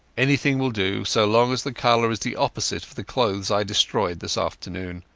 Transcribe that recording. anything will do, so long as the colour is the opposite of the clothes i destroyed this afternoon.